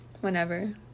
whenever